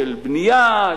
של בנייה,